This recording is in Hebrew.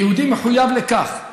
היהודי מחויב לכך.